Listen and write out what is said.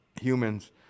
humans